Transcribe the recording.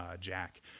Jack